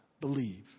believe